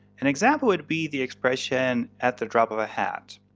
an example would be the expression at the drop of a hat.